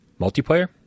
Multiplayer